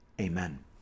Amen